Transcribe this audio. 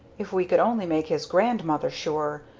if we could only make his grandmother sure!